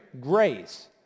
grace